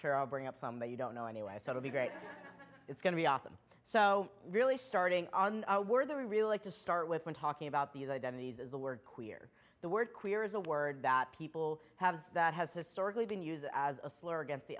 worry i'll bring up some that you don't know anyway so to be great it's going to be awesome so really starting on a word that we really like to start with when talking about these identities is the word queer the word queer is a word that people have that has historically been used as a slur against the